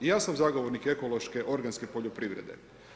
I ja sam zagovornik ekološke organske poljoprivrede.